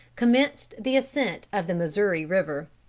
commenced the ascent of the missouri river.